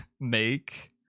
make